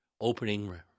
opening